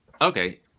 okay